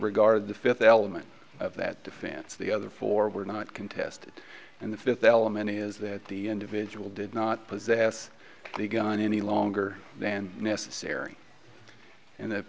regard the fifth element of that defense the other four were not contested and the fifth element is that the individual did not possess the gun any longer than necessary and the